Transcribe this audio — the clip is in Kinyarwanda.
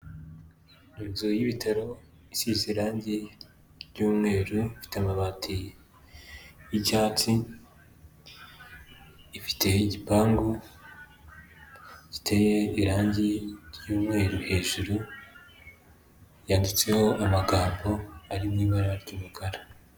Inzu y'ibitaro isize irangi ry'umweru ifite amabati y'icyatsi, ifite igipangu giteye irangi ry'umweru hejuru, yanditseho amagambo ari mu ibara ry'umukara.